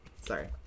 Sorry